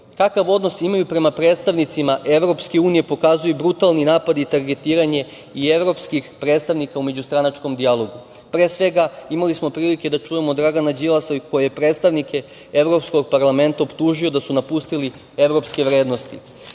odnos imaju prema predstavnicima EU pokazuju brutalni napadi i targetiranje i evropskih predstavnika u međustranačkom dijalogu. Pre svega, imali smo prilike da čujemo od Dragana Đilasa koji je predstavnike Evropskog parlamenta optužio da su napustili evropske vrednosti.